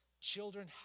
Children